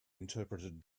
interpreted